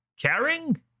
Caring